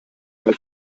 weil